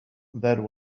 that